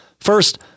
First